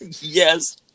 Yes